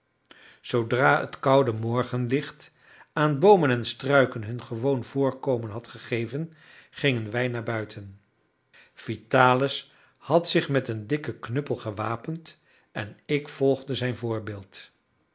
zoodra het koude morgenlicht aan boomen en struiken hun gewoon voorkomen had gegeven gingen wij naar buiten vitalis had zich met een dikken knuppel gewapend en ik volgde zijn voorbeeld